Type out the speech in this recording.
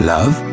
Love